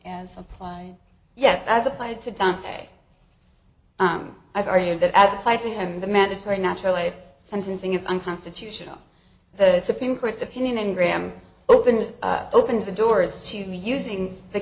and supply yes as applied to dante i've argued that as applied to him the mandatory natural life sentencing is unconstitutional the supreme court's opinion in graham opens opens the doors to using the